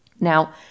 Now